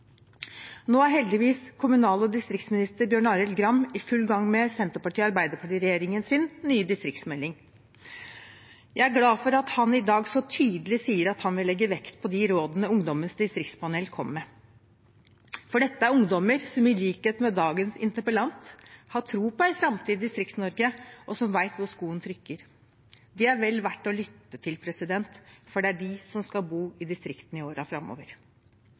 Nå er heldigvis kommunal- og distriktsminister Bjørn Arild Gram i full gang med Senterparti–Arbeiderparti-regjeringens nye distriktsmelding. Jeg er glad for at han i dag så tydelig sier at han vil legge vekt på de rådene Ungdommens distriktspanel kom med, for dette er ungdommer som – i likhet med dagens interpellant – har tro på en framtid i Distrikts-Norge, og som vet hvor skoen trykker. De er vel verdt å lytte til, for det er de som skal bo i distriktene i årene framover.